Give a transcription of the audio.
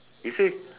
you see